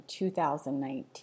2019